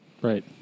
Right